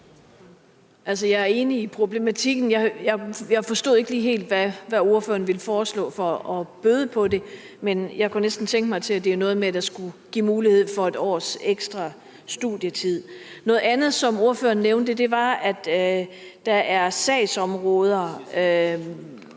Jeg er enig i problematikken. Jeg forstod ikke lige helt, hvad ordføreren ville foreslå der skulle gøres for at bøde på det, men jeg kunne næsten tænke mig til, at det er noget med, at der skulle gives mulighed for et års ekstra studietid. Noget andet, som ordføreren nævnte, var, at der er sagsområder,